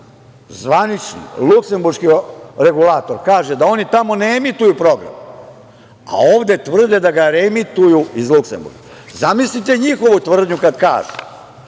zvanični. Luksemburški regulator kaže da oni tamo ne emituju program, a ovde tvrde da ga reemituju iz Luksemburga. Zamislite njihovu tvrdnju kada kažu,